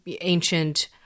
ancient